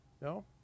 No